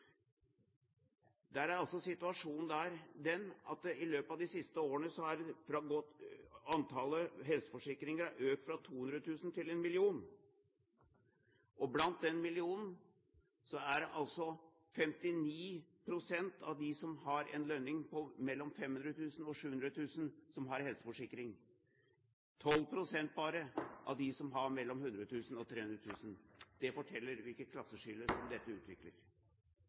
Der er situasjonen den at i løpet av de siste årene har antallet helseforsikringer økt fra 200 000 til 1 000 000, og blant den millionen er det 59 pst. av dem som har en lønning på mellom 500 000 kr og 700 000 kr, som har helseforsikring, og bare 12 pst. av dem som har en lønn på mellom 100 000 kr og 300 000 kr. Det forteller hvilket klasseskille som dette utvikler.